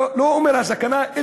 אני לא אומר "הסכנה",